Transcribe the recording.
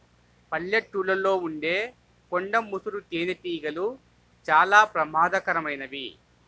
పల్లెటూళ్ళలో ఉండే కొండ ముసురు తేనెటీగలు చాలా ప్రమాదకరమైనవి